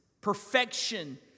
perfection